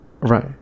Right